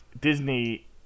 Disney